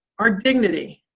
our dignity.